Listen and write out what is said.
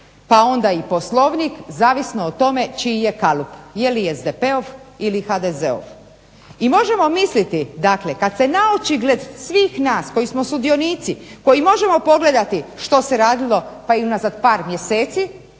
pa onda i Poslovnik zavisno o tome čiji je kalup je li SDP-ov ili HDZ-ov. I možemo misliti, dakle kad se na očigled svih nas koji smo sudionici, koji možemo pogledati što se radilo pa i unazad par mjeseci